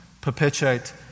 perpetuate